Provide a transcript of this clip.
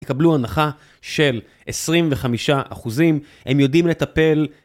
יקבלו הנחה של 25 אחוזים, הם יודעים לטפל.